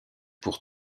pour